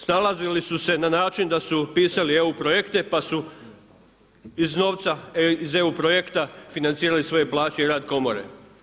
Snalazili su se na način da su pisali EU projekte pa su iz novca iz EU projekta financirali svoje plaće i rad komore.